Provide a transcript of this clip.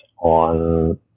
on